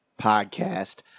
Podcast